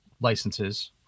licenses